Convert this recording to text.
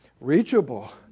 reachable